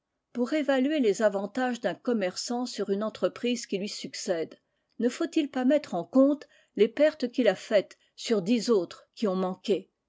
pour évaluer les avantages d'un commerçant sur une entreprise qui lui succède ne faut-il pas mettre en compte les pertes qu'il a faites sur dix autres qui ont manqué